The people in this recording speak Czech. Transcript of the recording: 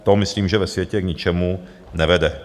To myslím že ve světě k ničemu nevede.